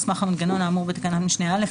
על סמך המנגנון האמור בתקנת משנה (א)